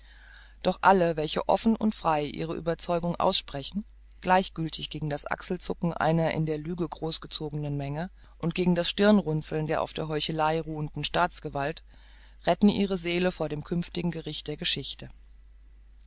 doch alle welche offen und frei ihre überzeugung aussprechen gleichgültig gegen das achselzucken einer in der lüge großgezogenen menge und gegen das stirnrunzeln der auf der heuchelei ruhenden staatsgewalten retten ihre seele vor dem künftigen gericht der geschichte